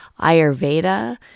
Ayurveda